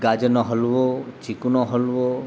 ગાજરનો હલવો ચીકુનો હલવો